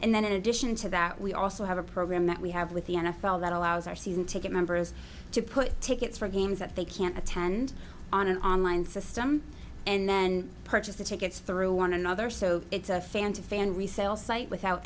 and then in addition to that we also have a program that we have with the n f l that allows our season ticket members to put tickets for games that they can't attend on an online system and then purchase the tickets through one another so it's a fan to fan resale site without